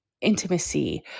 intimacy